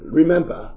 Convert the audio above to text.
remember